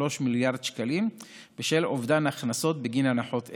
מיליארד שקלים בשל אובדן הכנסות בגין הנחות אלה.